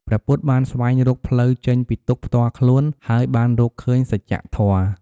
ព្រះពុទ្ធបានស្វែងរកផ្លូវចេញពីទុក្ខផ្ទាល់ខ្លួន ហើយបានរកឃើញសច្ចធម៌។